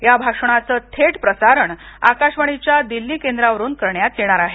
या भाषणाचं थेट प्रसारण आकाशवाणीच्या दिल्ली केंद्रावरुन करण्यात येणार आहे